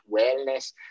wellness